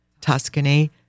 Tuscany